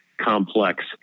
complex